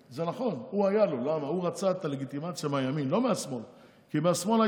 הנושאים, באלימות במגזר הערבי, בהשתלטות